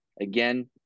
again